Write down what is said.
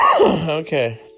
Okay